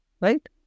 right